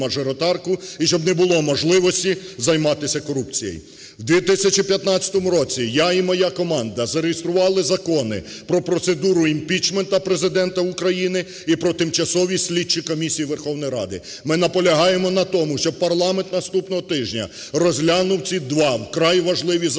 і щоб не було можливості займатися корупцією. У 2015 році я і моя команда зареєстрували закони про процедуру імпічменту Президента України і про тимчасові слідчі комісії Верховної Ради. Ми наполягаємо на тому, щоб парламент наступного тижня розглянув ці два, вкрай важливі, закони